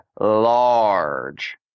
large